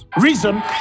reason